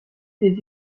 des